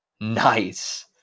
Nice